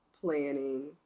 planning